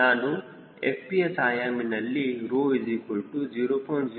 ನಾನು FPS ಆಯಾಮಿನಲ್ಲಿ 0